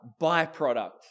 byproduct